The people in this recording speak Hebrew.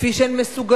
כפי שהן מסוגלות,